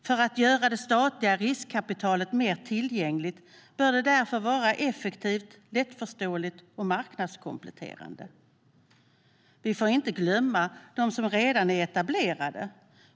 För att göra det statliga riskkapitalet mer tillgängligt bör det därför vara effektivt, lättförståeligt och marknadskompletterande. Vi får heller inte glömma dem som redan är etablerade.